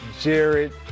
Jared